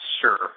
Sure